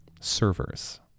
Servers